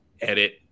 edit